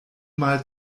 mal